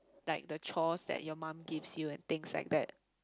like the chores that your mum gives you and things like that